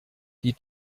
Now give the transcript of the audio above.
die